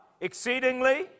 Exceedingly